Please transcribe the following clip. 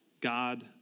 God